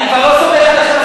אני כבר לא סומך עליכם.